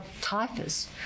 typhus